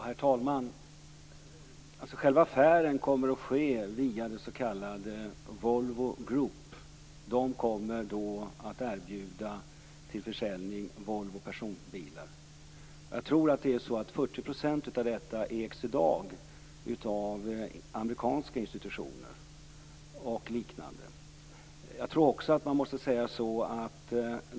Herr talman! Själva affären kommer att ske via det s.k. Volvo Group. Man kommer att erbjuda till försäljning Volvo Personbilar. Jag tror att det är så att 40 % av detta i dag ägs av amerikanska institutioner och liknande.